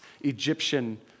Egyptian